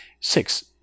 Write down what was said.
Six